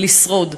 לשרוד,